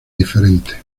diferentes